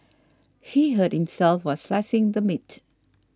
he hurt himself while slicing the meat